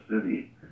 city